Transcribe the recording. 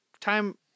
time